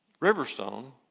Riverstone